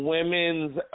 Women's